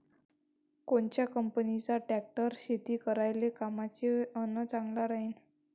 कोनच्या कंपनीचा ट्रॅक्टर शेती करायले कामाचे अन चांगला राहीनं?